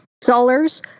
dollars